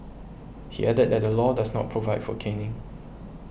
he added that the law does not provide for caning